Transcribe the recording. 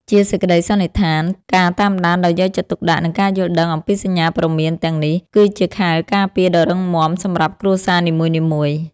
ជាសេចក្តីសន្និដ្ឋាន ការតាមដានដោយយកចិត្តទុកដាក់ និងការយល់ដឹងអំពីសញ្ញាព្រមានទាំងនេះ គឺជាខែលការពារដ៏រឹងមាំសម្រាប់គ្រួសារនីមួយៗ។